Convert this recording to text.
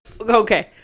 okay